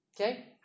Okay